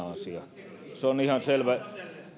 asia täytyy ottaa vakavasti se on ihan selvä